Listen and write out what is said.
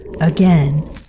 again